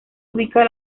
ubica